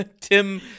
tim